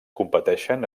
competeixen